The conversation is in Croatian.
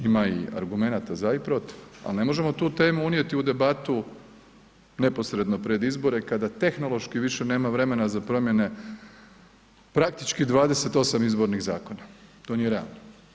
Ima i argumenata za i protiv, ali ne možemo tu temu unijeti u debatu neposredno pred izbore kada tehnološki više nema vremena za promjene praktički 28 izbornih zakona, to nije realno.